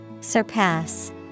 Surpass